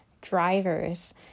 drivers